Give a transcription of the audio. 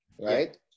right